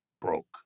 broke